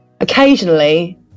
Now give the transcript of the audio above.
Occasionally